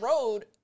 road